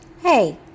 Hey